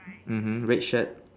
mmhmm red shirt